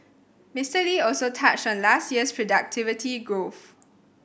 Mister Lee also touched on last year's productivity growth